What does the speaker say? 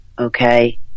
Okay